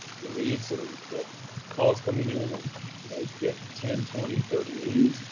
your leads, so that you can get calls coming in and you know if you get ten, twenty, thirty leads,